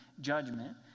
judgment